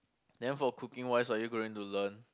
then for cooking wise are you going to learn